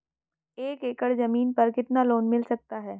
एक एकड़ जमीन पर कितना लोन मिल सकता है?